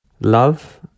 Love